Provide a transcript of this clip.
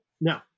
No